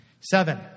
Seven